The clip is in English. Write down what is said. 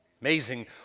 Amazing